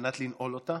אותה.